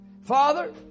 Father